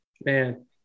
Man